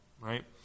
right